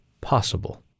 possible